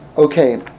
Okay